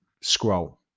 scroll